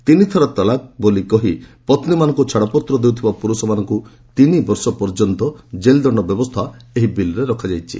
ତିନିଥର ତଲାକ ବୋଲି କହି ପତ୍ନୀମାନଙ୍କୁ ଛାଡ଼ପତ୍ର ଦେଉଥିବା ପୁରୁଷମାନଙ୍କୁ ତିନିବର୍ଷ ପର୍ଯ୍ୟନ୍ତ ଜେଲ୍ଦଣ୍ଡ ବ୍ୟବସ୍ଥା ଏହି ବିଲ୍ରେ ରହିଛି